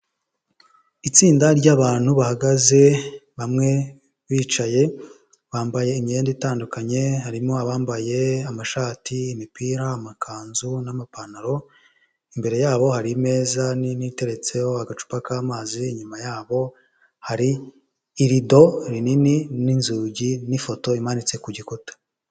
Itsinda ry'abantu bahagaze bamwe bicaye, bambaye imyenda itandukanye, harimo abambaye amashati, imipira, amakanzu n'amapantaro, imbere yabo hari imeza nini iteretseho agacupa k'amazi, inyuma yabo hari irido rinini n'inzugi n'ifoto imanitse ku gikuta.